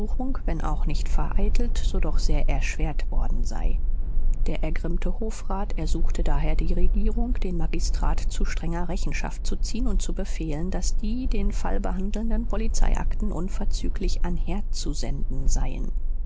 wenn auch nicht vereitelt so doch sehr erschwert worden sei der ergrimmte hofrat ersuchte daher die regierung den magistrat zu strenger rechenschaft zu ziehen und zu befehlen daß die den fall behandelnden polizeiakten unverzüglich anher zu senden seien